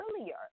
earlier